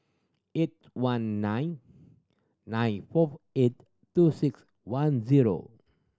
eight one nine nine four eight two six one zero